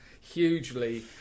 hugely